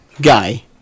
guy